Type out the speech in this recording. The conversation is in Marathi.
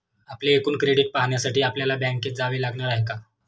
आपले एकूण क्रेडिट पाहण्यासाठी आपल्याला बँकेत जावे लागणार आहे का?